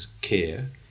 care